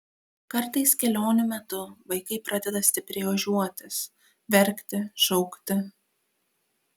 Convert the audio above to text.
kartais kelionių metu vaikai pradeda stipriai ožiuotis verkti šaukti